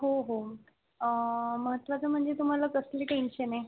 हो हो म्हटलं तर म्हणजे तुम्हाला कसली टेन्शन आहे